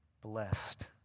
Blessed